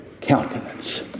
countenance